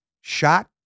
shot